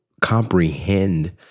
comprehend